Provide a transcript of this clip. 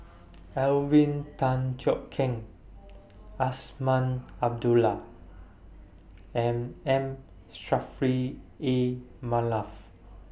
Alvin Tan Cheong Kheng Azman Abdullah and M Saffri A Manaf